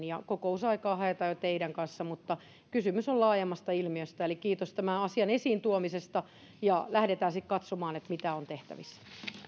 ja kokousaikaa jo haetaan teidän kanssanne mutta kysymys on laajemmasta ilmiöstä eli kiitos tämän asian esiin tuomisesta ja lähdetään sitten katsomaan mitä on tehtävissä